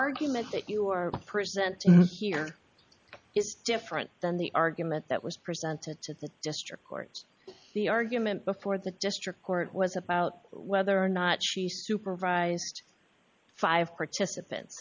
argument that you're presenting here is different than the argument that was presented to the district courts the argument before the district court was about whether or not she supervised five participants